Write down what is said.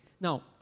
Now